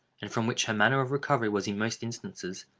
and from which her manner of recovery was in most instances,